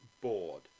bored